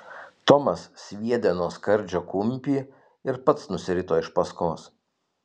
tomas sviedė nuo skardžio kumpį ir pats nusirito iš paskos